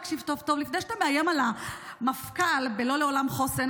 תקשיב טוב טוב לפני שאתה מאיים על המפכ"ל ב"לא לעולם חוסן",